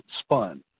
spun